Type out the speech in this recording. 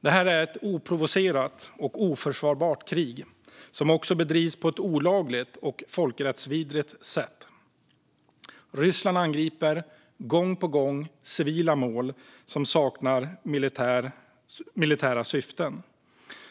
Det är ett oprovocerat och oförsvarligt krig som också bedrivs på ett olagligt och folkrättsvidrigt sätt. Ryssland angriper gång på gång civila mål som saknar militära syften.